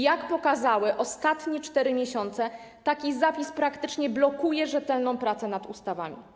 Jak pokazały ostatnie 4 miesiące, taki zapis praktycznie blokuje rzetelną pracę nad ustawami.